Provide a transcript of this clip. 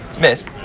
Miss